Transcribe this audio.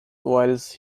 whilst